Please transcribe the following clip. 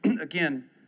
again